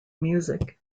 music